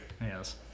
Yes